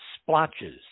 splotches